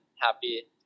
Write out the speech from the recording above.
happy